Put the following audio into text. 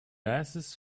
oasis